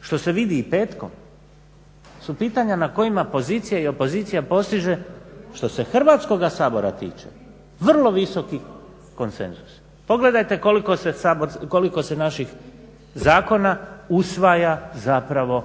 što se vidi i petkom su pitanja na kojima pozicija i opozicija postiže što se Hrvatskoga sabora tiče vrlo visoki konsenzus. Pogledajte koliko se naših zakona usvaja zapravo